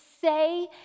say